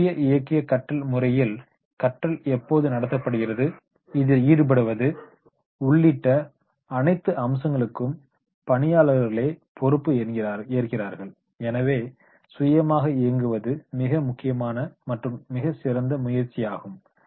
self directed learning கற்றல் எப்போது நடத்தப்படுகிறது யார் இதில் ஈடுபடுவது உள்ளிட்ட அனைத்து அம்சங்களுக்கும் பணியாளர்களே பொறுப்பு ஏற்கிறார்கள் எனவே ஸேல்ப் டர்ரேக்டட் லேர்னிங் இயங்குவது மிக முக்கியமான மற்றும் மிகச்சிறந்த முன்முயற்சியாகும்